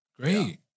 Great